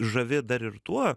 žavi dar ir tuo